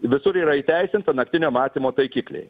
visur yra įteisinta naktinio matymo taikikliai